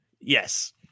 Yes